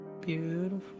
Beautiful